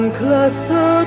cluster